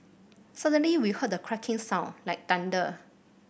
suddenly we heard a cracking sound like thunder